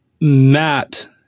Matt